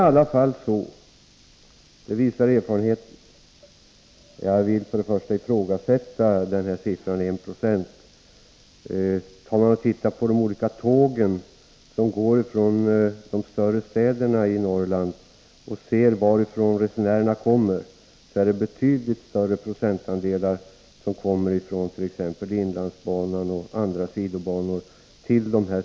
Jag vill ifrågasätta den siffra han nämnde, 1 90. På de tåg som går från de större städerna i Norrland kommer en stor andel av resenärerna från inlandsbanan och andra sidobanor.